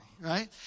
Right